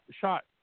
shot